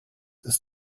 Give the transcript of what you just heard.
ist